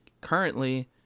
currently